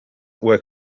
were